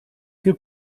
viel